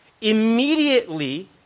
immediately